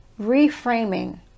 reframing